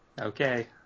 Okay